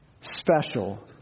Special